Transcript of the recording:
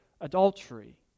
adultery